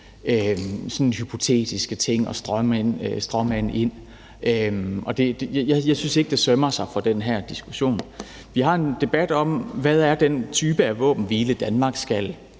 sådan hypotetiske ting og stråmænd ind. Og jeg synes ikke, at det sømmer sig for den her diskussion. Vi har en debat om, hvad den type af våbenhvile, Danmark skal